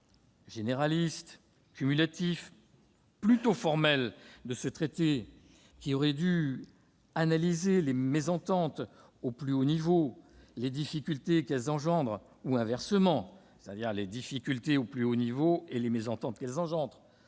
généraliste, cumulatif et plutôt formel de ce traité, qui aurait dû faire fond sur une analyse des mésententes au plus haut niveau et des difficultés qu'elles engendrent, ou, inversement, des difficultés au plus haut niveau et des mésententes qu'elles engendrent,